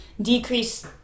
decrease